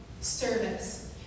Service